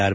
R